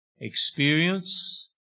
experience